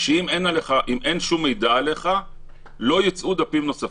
שאם אין שום מידע עליך לא יצאו דפים נוספים.